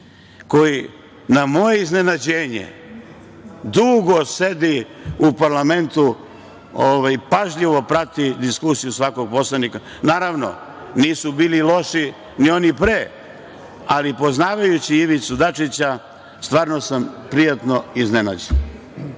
koji na moje iznenađenje dugo sedi u parlamentu, pažljivo prati diskusiju svakog poslanika. Naravno, nisu bili loši ni oni pre, ali poznajući Ivicu Dačića, stvarno sam prijatno iznenađen.